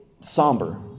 somber